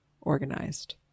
organized